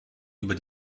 über